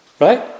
Right